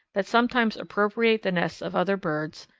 that sometimes appropriate the nests of other birds,